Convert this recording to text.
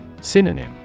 Synonym